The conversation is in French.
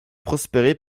prospérer